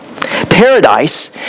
Paradise